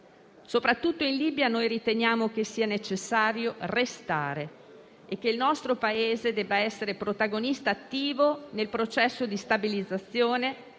Soprattutto in Libia riteniamo che sia necessario restare e che il nostro Paese debba essere protagonista attivo nel processo di stabilizzazione,